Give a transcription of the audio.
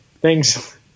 thanks